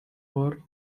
war